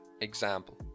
example